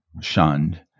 shunned